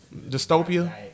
Dystopia